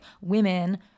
women